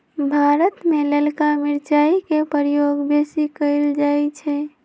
भारत में ललका मिरचाई के प्रयोग बेशी कएल जाइ छइ